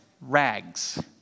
rags